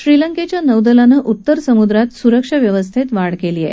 श्रीलंकेच्या नौदलानं उत्तर समुद्रात सुरक्षा व्यवस्थेत वाढ केली आहे